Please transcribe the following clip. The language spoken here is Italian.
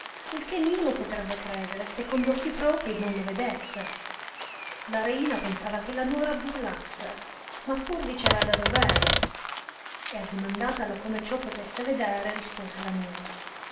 il che niuno potrebbe credere se con gli occhi propi non lo vedesse la reina pensava che la nuora burlasse ma pur diceva da dovero e addimandatala come ciò potesse vedere rispose la nuora